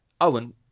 Owen